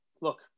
look